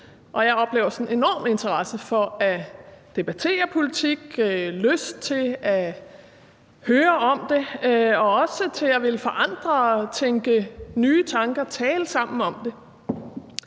jeg oplever sådan en enorm interesse for at debattere politik og en lyst til at høre om det og også til at ville forandre og tænke nye tanker og tale sammen om det.